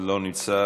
אינו נוכח,